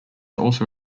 also